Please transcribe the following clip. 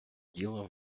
діло